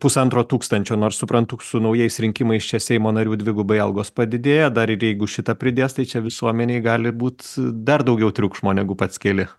pusantro tūkstančio nors suprantu su naujais rinkimais čia seimo narių dvigubai algos padidėjo dar ir jeigu šitą pridės tai čia visuomenei gali būt dar daugiau triukšmo negu pats keli